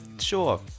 sure